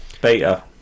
beta